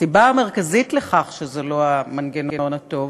הסיבה המרכזית לכך שזה לא המנגנון הטוב